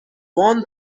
one